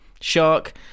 shark